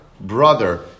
brother